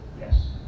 Yes